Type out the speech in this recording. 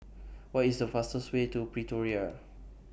What IS The fastest Way to Pretoria